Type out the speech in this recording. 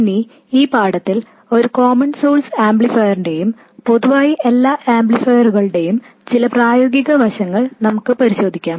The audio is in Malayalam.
ഇനി ഈ പാഠത്തിൽ ഒരു കോമൺ സോഴ്സ് ആംപ്ലിഫയറിന്റെയും പൊതുവായി എല്ലാ ആംപ്ലിഫയറുകളുടെയും ചില പ്രായോഗിക വശങ്ങൾ നമുക്ക് പരിശോധിക്കാം